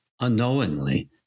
unknowingly